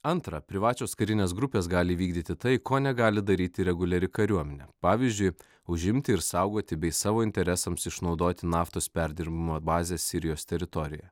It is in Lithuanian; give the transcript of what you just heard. antra privačios karinės grupės gali įvykdyti tai ko negali daryti reguliari kariuomenė pavyzdžiui užimti ir saugoti bei savo interesams išnaudoti naftos perdirbimo bazę sirijos teritorijoje